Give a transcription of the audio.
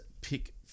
pick